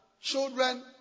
children